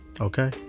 Okay